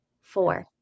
Four